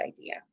idea